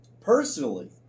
Personally